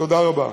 תודה רבה.